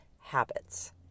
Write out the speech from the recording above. habits